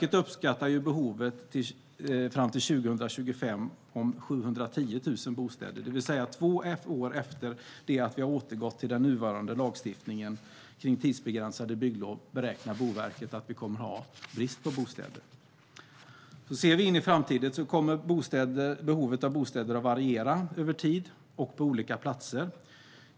Det vill säga att Boverket beräknar att vi kommer att ha brist på bostäder två år efter det att vi har återgått till nuvarande lagstiftning om tidsbegränsade bygglov. I framtiden kommer behovet av bostäder att variera över tid och på olika platser.